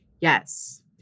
Yes